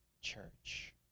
church